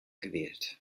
gewählt